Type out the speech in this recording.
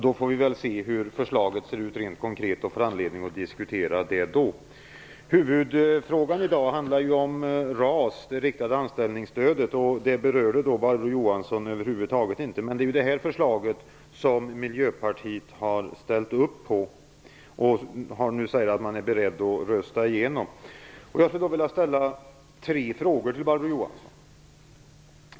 Vi får väl se hur förslaget ser ut rent konkret, och vi får anledning att diskutera det då. Huvudfrågan i dag är RAS, det riktade anställningsstödet, men det berörde Barbro Johansson över huvud taget inte. Men det är det förslaget som Miljöpartiet har ställt sig bakom och som man nu säger att man är beredd att rösta igenom. Jag vill ställa tre frågor till Barbro Johansson.